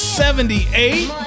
seventy-eight